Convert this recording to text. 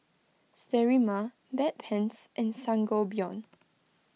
Sterimar Bedpans and Sangobion